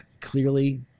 clearly